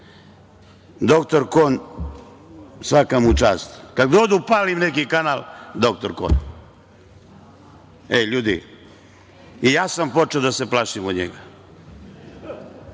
doktor Kon, svaka mu čast, kad god upalim neki kanal – doktor Kon. Hej, ljudi, i ja sam počeo da se plašim njega.